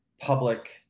public